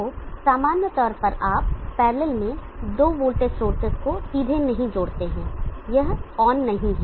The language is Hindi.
तो सामान्य तौर पर आप पैरलल में दो वोल्टेज सोर्सेज को सीधे नहीं जोड़ते हैं यह ऑन नहीं है